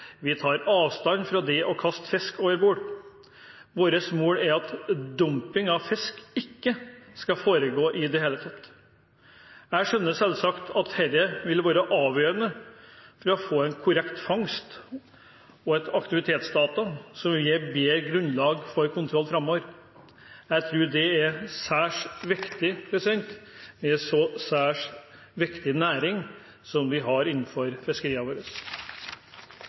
Vi tar avstand fra det å kaste fisk over bord. Vårt mål er at dumping av fisk ikke skal foregå i det hele tatt. Jeg skjønner selvsagt at dette vil være avgjørende for å få en korrekt fangst og aktivitetsdata som vil gi bedre grunnlag for kontroll framover. Jeg tror det er særs viktig i en så særs viktig næring som vi har innenfor fiskeriene våre.